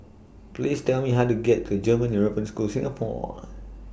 Please Tell Me How to get to German European School Singapore